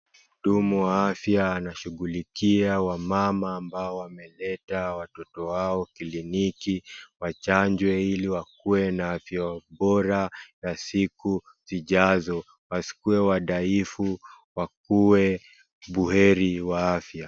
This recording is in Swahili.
Mhudumu wa afya anashughulikia wamama ambao wameleta watoto wao kliniki wachanjwe ili wakue na afya bora ya siku zijazo. Wasikuwe wadaifu, wakuwe buheri wa afya.